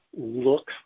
look